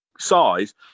size